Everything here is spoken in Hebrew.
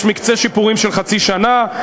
יש מקצה שיפורים של חצי שנה,